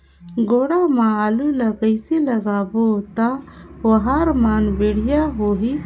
गोडा मा आलू ला कइसे लगाबो ता ओहार मान बेडिया होही?